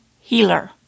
healer